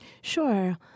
Sure